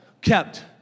kept